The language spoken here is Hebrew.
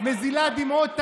מזילה דמעות תנין,